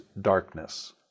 darkness